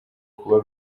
kuba